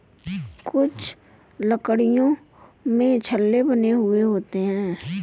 कुछ लकड़ियों में छल्ले बने हुए होते हैं